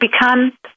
become